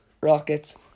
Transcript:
Rockets